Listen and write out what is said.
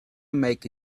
make